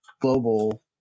global